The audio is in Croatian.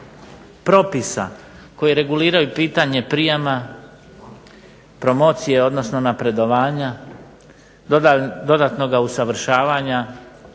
propisa koji reguliraju pitanje prijama, promocije, odnosno napredovanja, dodatnoga usavršavanja